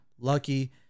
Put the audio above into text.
lucky